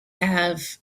have